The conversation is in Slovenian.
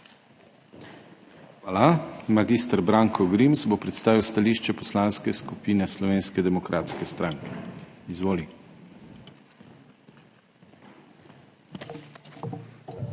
Hvala. Mag. Branko Grims bo predstavil stališče Poslanske skupine Slovenske demokratske stranke. Izvoli.